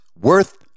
worth